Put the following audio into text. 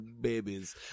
babies